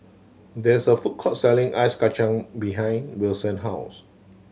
there is a food court selling ice kacang behind Wilson house